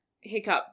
Hiccup